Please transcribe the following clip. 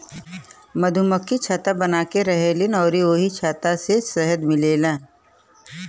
मधुमक्खि छत्ता बनाके रहेलीन अउरी ओही छत्ता से शहद मिलेला